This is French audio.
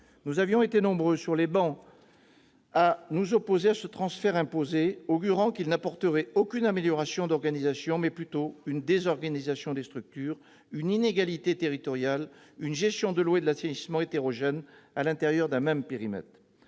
Nous avions été nombreux sur ces travées à nous opposer à ce transfert imposé, augurant qu'il n'apporterait aucune amélioration en termes d'organisation, mais plutôt une désorganisation des structures, une inégalité territoriale, une gestion de l'eau et de l'assainissement hétérogène à l'intérieur d'un même périmètre.